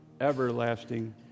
everlasting